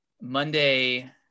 Monday